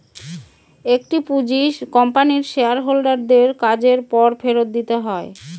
একটি পুঁজি কোম্পানির শেয়ার হোল্ডার দের কাজের পর ফেরত দিতে হয়